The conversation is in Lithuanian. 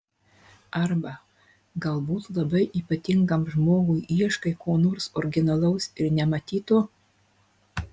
arba galbūt labai ypatingam žmogui ieškai ko nors originalaus ir nematyto